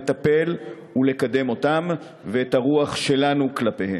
לטפל ולקדם אותם ואת הרוח שלנו כלפיהם.